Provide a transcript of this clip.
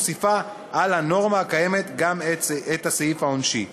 מוסיפה על הנורמה הקיימת גם את הסעיף העונשי.